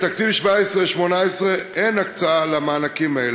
בתקציב 2017 2018 אין הקצאה למענקים האלה,